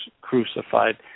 crucified